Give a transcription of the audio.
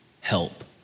help